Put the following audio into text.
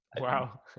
Wow